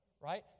Right